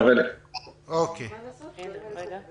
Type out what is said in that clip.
אז נעבור למשרד